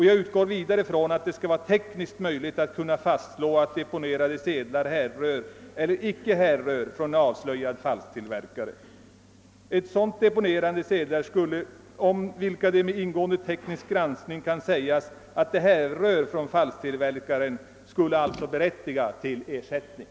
Jag utgår vidare från att det skall vara tekniskt möjligt att fastslå om deponerade sedlar härrör eller icke härrör från en avslöjad falsktillverkare. Endast sådana deponerade sedlar, om vilka det efter ingående teknisk granskning kan sägas att de härrör från falsktillverkaren, skall berättiga till ersättning.